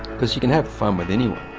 because you can have fun with anyone.